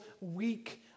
weak